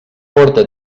porta